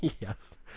Yes